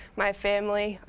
my family.